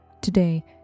Today